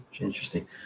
Interesting